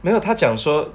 没有他讲说